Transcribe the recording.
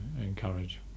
encourage